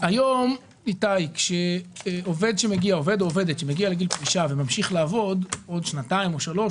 היום עובד או עובדת שמגיע לגיל פרישה וממשיך לעבוד עוד שנתיים או שלוש,